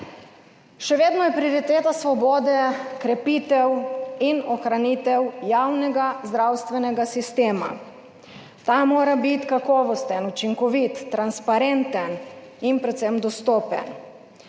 Še vedno je prioriteta Svobode krepitev in ohranitev javnega zdravstvenega sistema. Ta mora biti kakovosten, učinkovit, transparenten in predvsem dostopen,